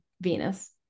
Venus